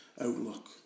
outlook